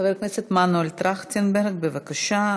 חבר הכנסת מנואל טרכטנברג, בבקשה.